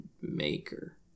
Maker